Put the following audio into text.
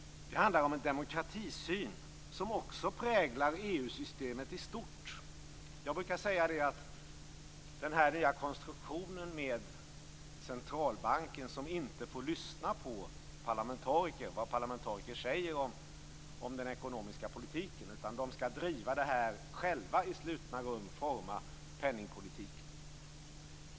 Det handlar om en demokratisyn som också präglar EU-systemet i stort. Jag brukar tala om den nya konstruktionen med centralbanken som inte får lyssna på vad parlamentariker säger om den ekonomiska politiken utan själva i slutna rum skall driva det här och forma penningpolitiken.